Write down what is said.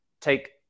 take